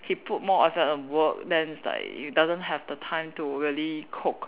he put more effort on work then it's like he doesn't have the time to really cook